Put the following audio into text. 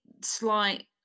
slight